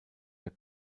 der